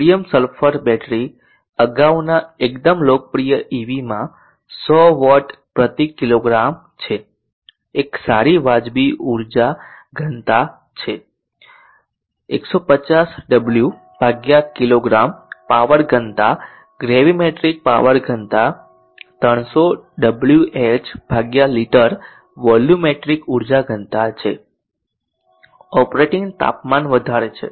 sodium sulphur battery અગાઉના એકદમ લોકપ્રિય ઇવીમાં 100 વોટ પ્રતિ કિગ્રા છે એક સારી વાજબી ઉર્જા ઘનતા છે 150 ડબલ્યુ કિગ્રા પાવર ઘનતા ગ્રેવીમેટ્રિક પાવર ઘનતા 300 ડબલ્યુએચ લિટર વોલ્યુમેટ્રિક ઉર્જા ઘનતા છે ઓપરેટિંગ તાપમાન વધારે છે